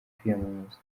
kwiyamamaza